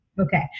okay